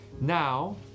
Now